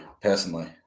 personally